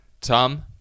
Tom